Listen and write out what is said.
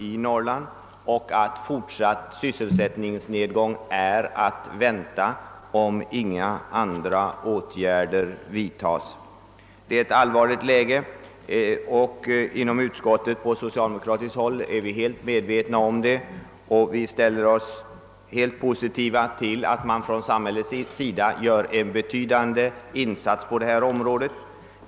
Det framgår också att en fortsatt sysselsättningsnedgång är att vänta, om inte ytterligare åtgärder vidtas för att förhindra detta. Det är ett allvarligt läge, och på socialdemokratiskt håll inom utskottet är vi medvetna härom. Vi ställer oss därför positiva till att från samhällets sida görs en betydande insats på detta område.